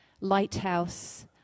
lighthouse